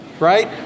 Right